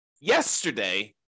yesterday